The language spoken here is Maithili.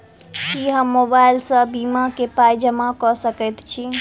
की हम मोबाइल सअ बीमा केँ पाई जमा कऽ सकैत छी?